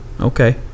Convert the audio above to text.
Okay